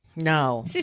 No